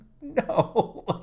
no